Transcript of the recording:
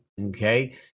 okay